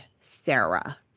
Sarah